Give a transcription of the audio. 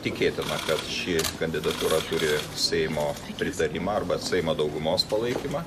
tikėtina kad ši kandidatūra turi seimo pritarimą arba seima daugumos palaikymą